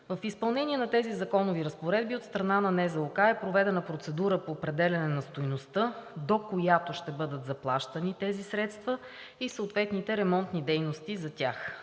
В изпълнение на тези законови разпоредби от страна на Националната здравноосигурителна каса е проведена процедура по определяне на стойността, до която ще бъдат заплащани тези средства и съответните ремонтни дейности за тях.